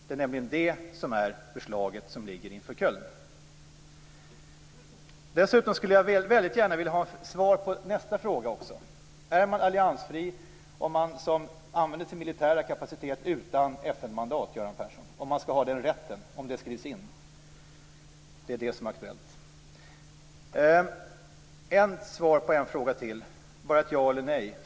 Det är nämligen det förslaget som ligger inför Kölnmötet. Dessutom skulle jag väldigt gärna vilja ha svar på nästa fråga: Är man alliansfri om man använder sin militära kapacitet utan FN-mandat, Göran Persson? Om man skall ha den rätten, om det skrivs in, är det som är aktuellt. Sedan skulle jag vilja ha svar på en fråga till. Det räcker med ett ja eller ett nej.